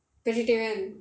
vegetarian